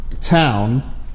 town